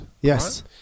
Yes